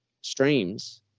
streams